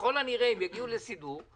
ככל הנראה אם יגיעו להסדר,